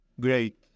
Great